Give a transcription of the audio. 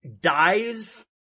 dies